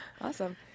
Awesome